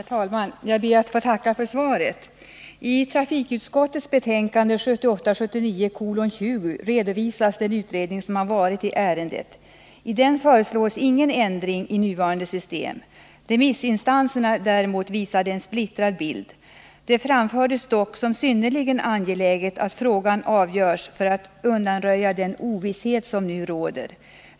Herr talman! Jag ber att få tacka för svaret på frågan. I trafikutskottets betänkande 1978/79:20 redovisas den utredning som har gjorts i ärendet. I den föreslås ingen förändring i nuvarande system. Remissinstanserna visade däremot en splittrad bild. Det framfördes dock som synnerligen angeläget att frågan avgörs för att man skall undanröja den ovisshet som nu råder.